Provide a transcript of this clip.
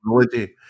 Technology